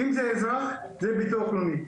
אם זה אזרח זה הביטוח הלאומי.